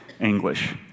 English